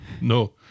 No